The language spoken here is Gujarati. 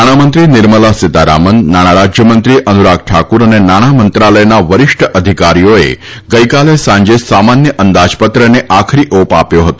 નાણામંત્રી નિર્મલા સીતારામન નાણાં રાજ્યમંત્રી અનુરાગ ઠાકુર અને નાણાં મંત્રાલયના વરિષ્ઠ અધિકારીઓએ ગઈકાલે સાંજે સામાન્ય અંદાજપત્રને આખરી ઓપ આપ્યો હતો